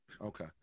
Okay